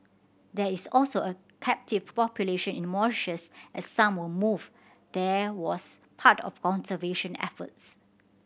there is also a captive population in Mauritius as some were moved there was part of conservation efforts